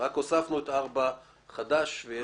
רק הוספנו את (4) חדש.